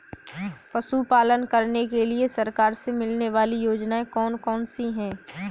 पशु पालन करने के लिए सरकार से मिलने वाली योजनाएँ कौन कौन सी हैं?